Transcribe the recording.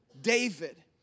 David